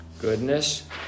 Goodness